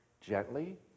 gently